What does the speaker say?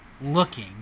looking